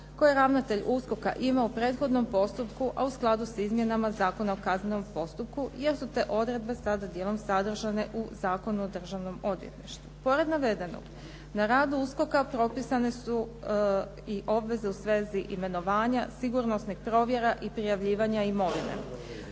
koje ravnatelj USKOK-a ima u prethodnom postupku a u skladu s izmjenama Zakona o kaznenom postupku jer su te odredbe sada djelom sadržane u Zakonu o državnom odvjetništvu. Pored navedenog, na radu USKOK-a propisane su i obveze u svezi imenovanja sigurnosnih provjera i prijavljivanja imovine.